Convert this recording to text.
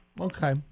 Okay